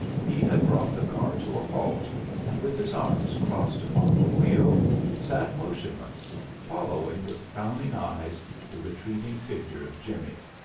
he had brought the car to a halt and with his arms crossed upon the wheel sat motionless, following with frowning eyes the retreating figure of jimmie.